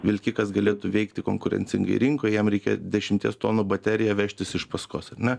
vilkikas galėtų veikti konkurencingoj rinkoj jam reikia dešimties tonų bateriją vežtis iš paskos ar ne